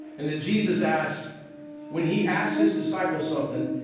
and that jesus asks when he asks his disciples something,